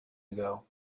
ago